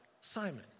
Simon